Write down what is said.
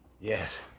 Yes